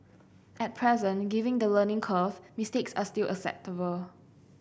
at present given the learning curve mistakes are still acceptable